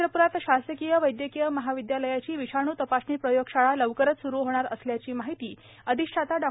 चंद्रपुरात शासकीय वैदयकीय महाविदयालयाची विषाण तपासणी प्रयोगशाळा लवकर सुरू होणार असल्याची माहिती अधिष्ठाता डॉ